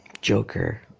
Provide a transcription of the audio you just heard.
joker